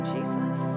Jesus